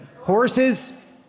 Horses